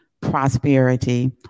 prosperity